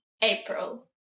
April